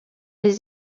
les